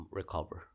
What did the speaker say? recover